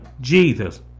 Jesus